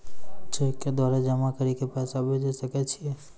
Cheque द्वारा जमा करि के पैसा भेजै सकय छियै?